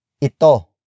ito